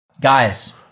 guys